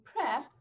prep